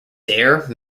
dare